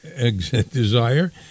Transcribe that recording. desire